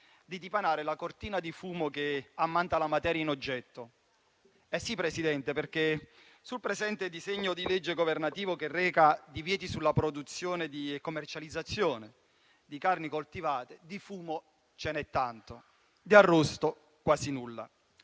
di dipanare la cortina di fumo che ammanta la materia in oggetto; sì, Presidente, perché sul presente disegno di legge governativo, che reca divieti sulla produzione e commercializzazione di carni coltivate, di fumo ce n'è tanto, di arrosto quasi nulla.